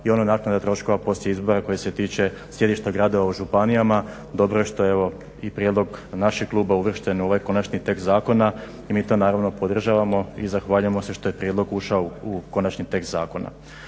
i ona naknada troškova izbora koji se tiče sjedišta gradova u županijama. Dobro je što evo i prijedlog našeg kluba uvršten u ovaj konačni tekst zakona i mi to naravno podržavamo i zahvaljujemo se što je prijedlog ušao u konačni tekst zakona.